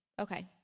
Okay